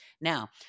Now